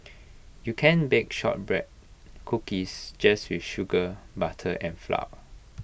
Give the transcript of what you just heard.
you can bake Shortbread Cookies just with sugar butter and flour